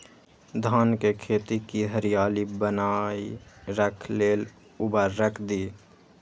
धान के खेती की हरियाली बनाय रख लेल उवर्रक दी?